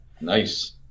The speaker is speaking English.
Nice